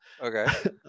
Okay